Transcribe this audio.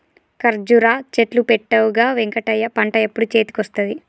కర్జురా చెట్లు పెట్టవుగా వెంకటయ్య పంట ఎప్పుడు చేతికొస్తది